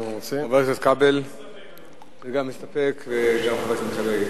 חבר הכנסת כבל מסתפק וגם חבר הכנסת בן-ארי.